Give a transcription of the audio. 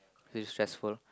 it's stressful